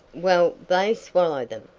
well, they swallow them,